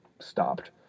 stopped